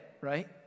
right